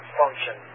function